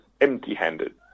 empty-handed